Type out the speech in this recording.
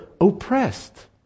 oppressed